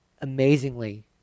Amazingly